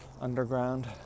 underground